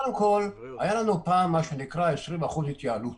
קודם כול, היה לנו פעם מה שנקרא "20% התייעלות".